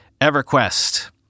EverQuest